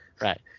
right